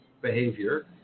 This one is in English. behavior